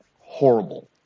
horrible